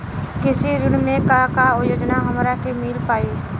कृषि ऋण मे का का योजना हमरा के मिल पाई?